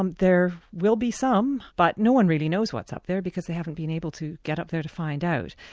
um there will be some, but no-one really knows what's up there, because they haven't been able to get up there to find out.